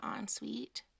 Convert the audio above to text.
ensuite